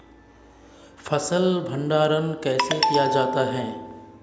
फ़सल भंडारण कैसे किया जाता है?